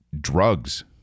drugs